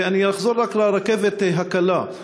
ואחזור רק לרכבת הקלה.